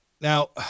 Now